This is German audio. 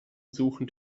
suchend